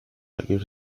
saqueos